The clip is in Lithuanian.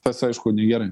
tas aišku negerai